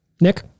Nick